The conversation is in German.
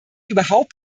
überhaupt